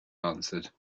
answered